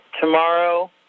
tomorrow